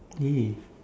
really